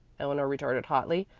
eleanor retorted hotly.